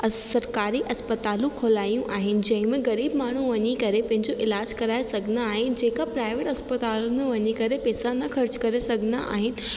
सरकारी अस्पतालूं खुलायूं आहिनि जंहिंमें ग़रीब माण्हू वञी करे पंहिंजो इलाज कराए सघंदा आहिनि जेका प्राइवेट अस्पतालुनि में वञी करे पैसा न ख़र्च करे सघंदा आहिनि